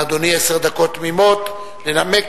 לאדוני עשר דקות תמימות לנמק.